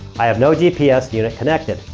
i have no gps unit connected.